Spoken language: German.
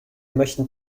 möchten